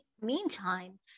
meantime